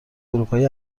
اروپایی